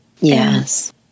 yes